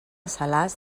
salàs